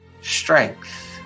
strength